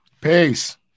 Peace